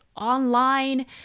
online